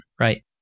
right